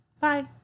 Bye